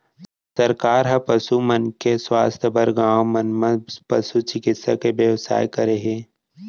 सरकार ह पसु मन के सुवास्थ बर गॉंव मन म पसु चिकित्सा के बेवस्था करे हे